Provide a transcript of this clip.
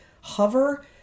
hover